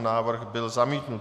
Návrh byl zamítnut.